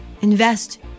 Invest